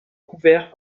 couvert